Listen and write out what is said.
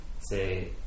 say